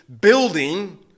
building